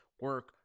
Work